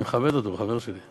אני מכבד אותו, הוא חבר שלי.